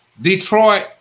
Detroit